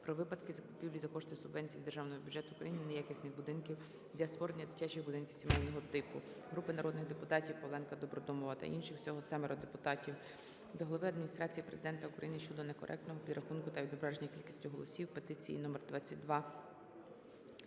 про випадки купівлі за кошти субвенції з державного бюджету України неякісних будинків для створення дитячих будинків сімейного типу. Групи народних депутатів (Павленка, Добродомова та інших; всього 7 депутатів) до Глави Адміністрації Президента України щодо некоректного підрахунку та відображення кількості голосів в петиції №